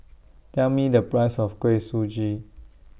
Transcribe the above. Tell Me The Price of Kuih Suji